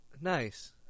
Nice